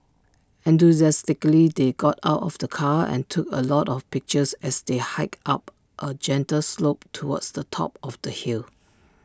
enthusiastically they got out of the car and took A lot of pictures as they hiked up A gentle slope towards the top of the hill